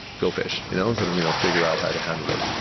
go fish, you know instead of you know figure out how to handle it.